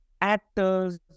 actors